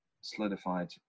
solidified